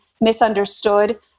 misunderstood